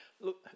Look